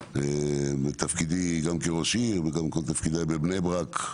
בתפקידי כראש עיר ובשאר תפקידיי בבני ברק.